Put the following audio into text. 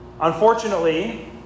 Unfortunately